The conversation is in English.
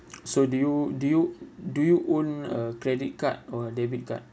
so do you do you do you own a credit card or a debit card